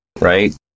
right